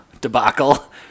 debacle